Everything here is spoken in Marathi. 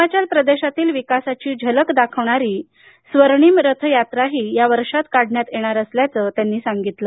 हिमाचल प्रदेशातील विकासाची झलक दाखविणारी स्वर्णिम रथ यात्राही या वर्षात काढण्यात येणार असल्याचं त्यांनी सांगितलं